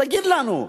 תגיד לנו.